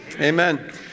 amen